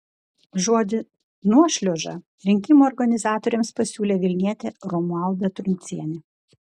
žodį nuošliauža rinkimų organizatoriams pasiūlė vilnietė romualda truncienė